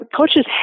coaches